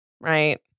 right